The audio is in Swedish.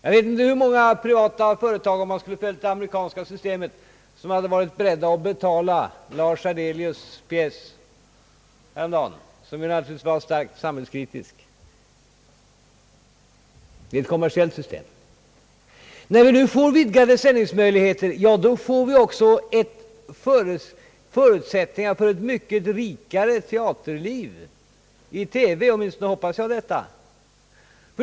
Jag vet inte hur många privata företag som med ett kommersiellt system — om man nu skulle ha följt det amerikanska systemet — hade varit beredda att betala Lars Ardelius” pjäs häromdagen, denna var ju starkt samhällskritisk. När vi nu får vidgade sändningsmöjligheter innebär detta att vi också får förutsättningar för ett mycket rikare teaterliv i TV, åtminstone hoppas jag detta.